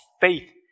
faith